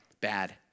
bad